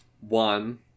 One